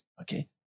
Okay